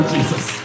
Jesus